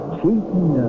cheating